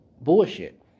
Bullshit